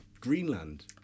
Greenland